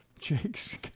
Jake's